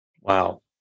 Wow